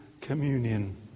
communion